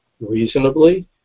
reasonably